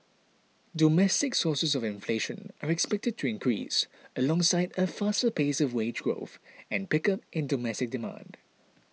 domestic sources of inflation are expected to increase alongside a faster pace of wage growth and pickup in domestic demand